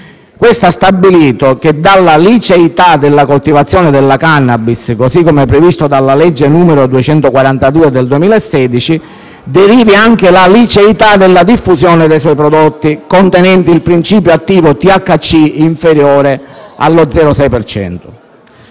che ha stabilito che dalla liceità della coltivazione della *cannabis*, così come previsto dalla legge n. 242 del 2016, derivi anche la liceità della diffusione dei suoi prodotti contenenti il principio attivo THC in misura inferiore allo 0,6